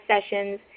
sessions